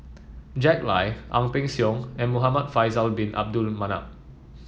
Jack Lai Ang Peng Siong and Muhamad Faisal Bin Abdul Manap